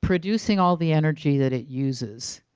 producing all the energy that it uses